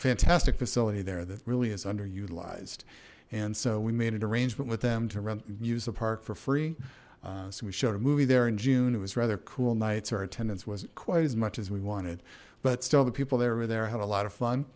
fantastic facility there that really is underutilized and so we made an arrangement with them to use the park for free so we showed a movie there in june it was rather cool nights our attendance wasn't quite as much as we wanted but still the people they were there had a lot of fun